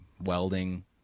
welding